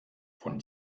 von